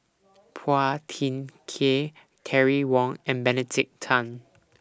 Phua Thin Kiay Terry Wong and Benedict Tan